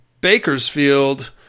Bakersfield